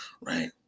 right